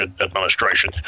administration